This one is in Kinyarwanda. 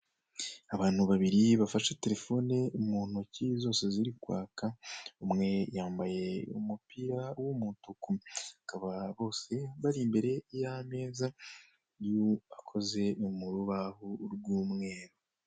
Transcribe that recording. Abantu babiri bafashe terefone mu ntoki zose ziri kwaka umwe yambaye umupira w'umutuku akaba bose bari imbere y'ameza akoze mu rubaho rw'umweru.